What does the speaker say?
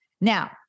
Now